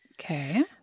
Okay